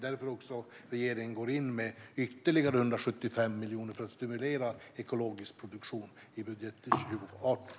Det är också därför regeringen går in med ytterligare 175 miljoner i budgeten för 2018 för att stimulera ekologisk produktion.